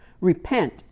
Repent